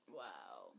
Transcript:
wow